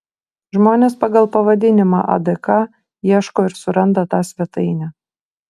žmonės pagal pavadinimą adk ieško ir suranda tą svetainę